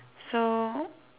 so